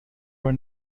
were